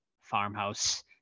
farmhouse